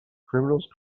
criminals